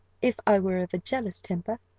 if i were of a jealous temper,